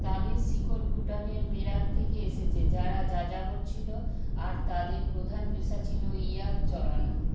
তাদের শিকড় ভুটানের মেরাক থেকে এসেছে যারা যাযাবর ছিল আর তাদের প্রধান পেশা ছিল ইয়াক চরানো